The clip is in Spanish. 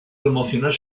promocionar